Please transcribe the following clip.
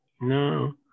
No